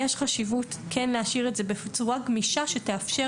יש חשיבות כן להשאיר את זה בצורה גמישה שתאפשר